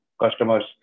customers